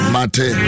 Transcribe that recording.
Mate